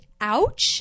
ouch